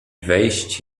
wejść